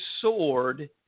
sword